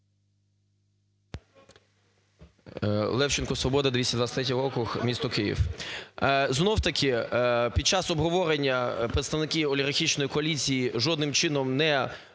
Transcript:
Левченко, "Свобода", 223 округ, місто Київ.